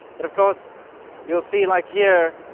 but of course you'll see like here.